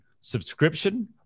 subscription